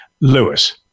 Lewis